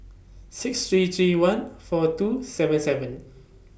six three three one four two seven seven